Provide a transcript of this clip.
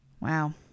Wow